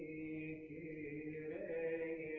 a